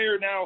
now